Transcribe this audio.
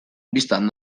bistan